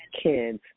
kids